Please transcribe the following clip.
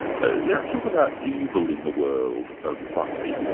ah let's talk about evil in the world of buffy.